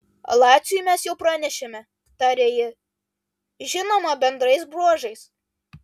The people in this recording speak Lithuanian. laciui mes jau pranešėme tarė ji žinoma bendrais bruožais